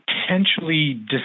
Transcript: potentially